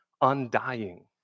undying